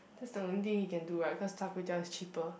that's the only thing he can do right cause Char-Kway-Teow is cheaper